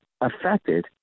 affected